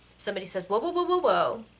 somebody says, whoa whoa whoa whoa whoa,